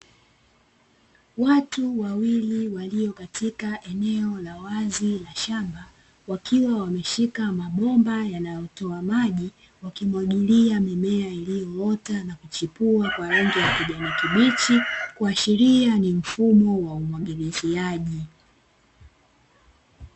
Watu wawili waliokatika eneo la wazi la shamba, wakiwa wameshika mabomba yanayotoa maji, wakimwagilia mimea iliyoota na kuchipua kwa rangi ya kijani kibichi, kuashiria ni mfumo wa umwagiliziaji.